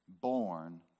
born